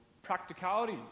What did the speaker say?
Practicality